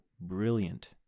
brilliant